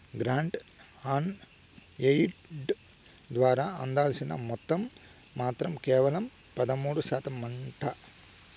grant on aid ద్వారా అందాల్సిన మొత్తం మాత్రం కేవలం పదమూడు శాతమేనంట